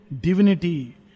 divinity